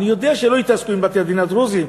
אני יודע שלא יתעסקו עם בתי-הדין הדרוזיים,